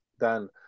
Dan